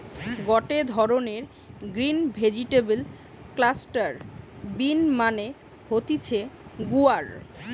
গটে ধরণকার green vegetable cluster bean মানে হতিছে গুয়ার